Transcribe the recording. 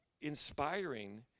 inspiring